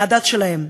מהדת שלהם.